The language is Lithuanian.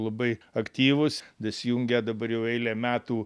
labai aktyvus dasijungia dabar jau eilę metų